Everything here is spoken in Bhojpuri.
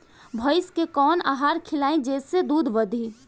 भइस के कवन आहार खिलाई जेसे दूध बढ़ी?